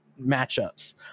matchups